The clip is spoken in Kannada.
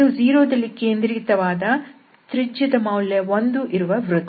ಇದು 0 ದಲ್ಲಿ ಕೇಂದ್ರಿತವಾದ ತ್ರಿಜ್ಯದ ಮೌಲ್ಯ 1 ಇರುವ ವೃತ್ತ